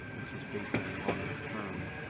which is based on a longer term,